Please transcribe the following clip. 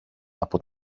από